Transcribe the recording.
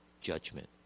judgment